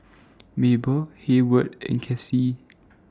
Mable Heyward and Kassie